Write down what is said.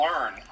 learn